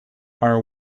our